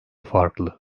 farklı